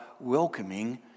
welcoming